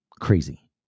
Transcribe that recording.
crazy